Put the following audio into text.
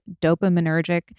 dopaminergic